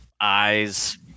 eyes